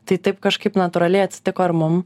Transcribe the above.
tai taip kažkaip natūraliai atsitiko ir mum